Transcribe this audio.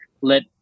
let